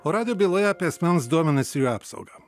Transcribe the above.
o radijo byloje apie asmens duomenis jų apsaugą